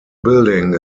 building